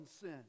sin